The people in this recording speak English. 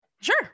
Sure